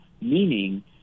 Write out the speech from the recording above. Meaning